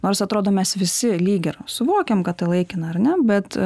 nors atrodo mes visi lyg ir suvokiam kad tai laikina ar ne bet